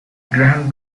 graham